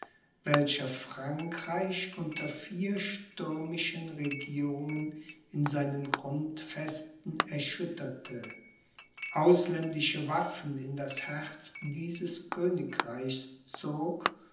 welcher frankreich unter vier stürmischen regierungen in seinen grundfesten erschütterte ausländische waffen in das herz dieses königreichs zog